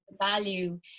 value